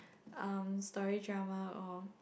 um story drama or